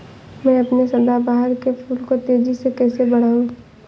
मैं अपने सदाबहार के फूल को तेजी से कैसे बढाऊं?